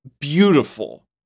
beautiful